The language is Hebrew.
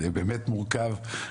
זה באמת מורכב.